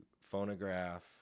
phonograph